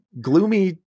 gloomy